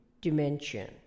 dimension